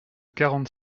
quarante